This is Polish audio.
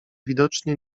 widocznie